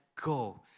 go